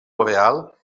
boreal